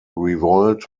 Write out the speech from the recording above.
revolt